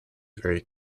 very